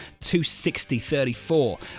260.34